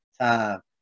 time